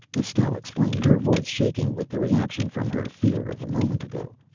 estelle explained, her voice shaking with the reaction from her fear of a moment ago,